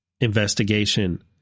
investigation